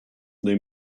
they